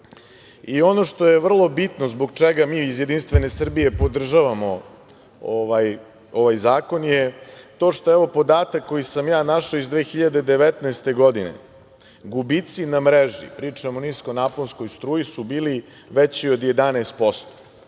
što je vrlo bitno zbog čega mi iz JS podržavamo ovaj zakon je to što je ovo podatak koji sam našao iz 2019. godine – gubici na mreži, pričam o niskonaponskoj struji, bili su veći od 11%.